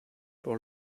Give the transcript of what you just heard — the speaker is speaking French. pour